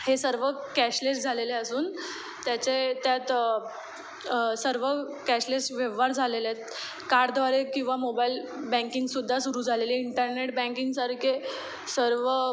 हे सर्व कॅशलेस झालेले असून त्याचे त्यात सर्व कॅशलेस व्यवहार झालेले आहेत कार्डद्वारे किंवा मोबाइल बँकिंगसुद्धा सुरू झालेली आहे इंटरनेट बँकिंगसारखे सर्व